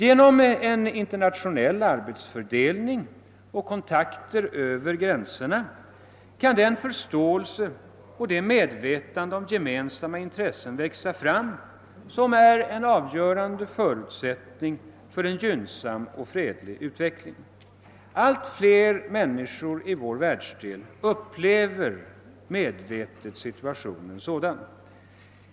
Genom en internationell arbetsfördelning och kontakter över gränserna kan en sådan förståelse för och ett sådant medvetande om våra gemensamma intressen växa fram, som är en avgörande förutsättning för en gynnsam och fredlig utveckling. Allt fler människor i vår världsdel upplever medvetet situationen på detta sätt.